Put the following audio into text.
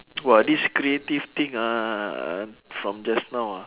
!wah! this creative thing ah from just now ah